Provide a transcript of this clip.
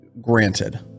granted